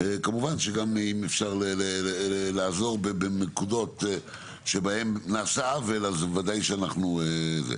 כמובן שגם אם אפשר לעזור בנקודות שבהן נעשה עוול אז בוודאי שאנחנו פה.